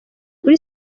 kuri